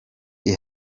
uri